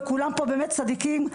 וכולם פה באמת צדיקים,